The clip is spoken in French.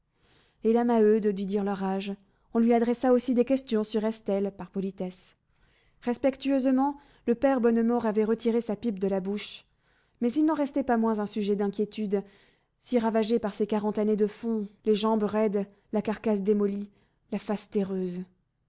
et la maheude dut dire leur âge on lui adressa aussi des questions sur estelle par politesse respectueusement le père bonnemort avait retiré sa pipe de la bouche mais il n'en restait pas moins un sujet d'inquiétude si ravagé par ses quarante années de fond les jambes raides la carcasse démolie la face terreuse